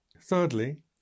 Thirdly